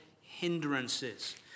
hindrances